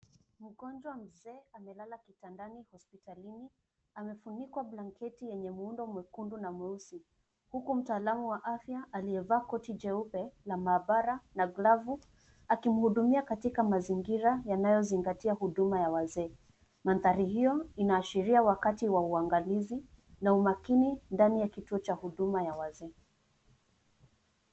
Mgonjwa mzee amelala kitandani hospitalini. Amefunikwa blanketi yenye muundo mwekundu na mweusi huku mtaalamu wa afya aliyevaa koti jeupe na maabara na glavu akimhudumia katika mazingira yanayozingatia huduma ya wazee. Mandhari hiyo inaashiria wakati wa uangalizi na umakini ndani ya kituo cha huduma ya wazee.